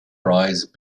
rise